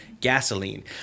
gasoline